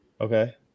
Okay